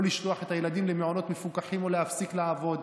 לשלוח את הילדים למעונות מפוקחים או להפסיק לעבוד,